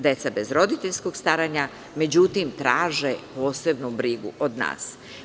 Deca bez roditeljskog staranja, međutim, traže posebnu brigu od nas.